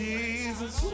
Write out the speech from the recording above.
Jesus